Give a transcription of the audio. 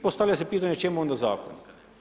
Postavlja se pitanje čemu onda zakon.